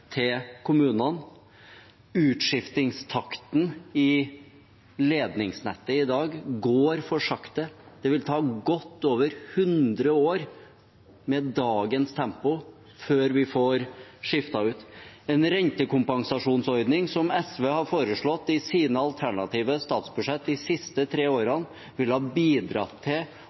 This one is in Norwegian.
til kommunene. Utskiftingstakten i ledningsnettet i dag går for sakte. Det vil ta godt over hundre år med dagens tempo før vi får skiftet det ut. En rentekompensasjonsordning, som SV har foreslått i sine alternative statsbudsjett de siste tre årene, ville ha bidratt til